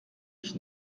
ich